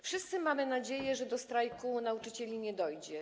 Wszyscy mamy nadzieję, że do strajku nauczycieli nie dojdzie.